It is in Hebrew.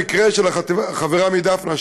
המקרה של החברה מדפנה,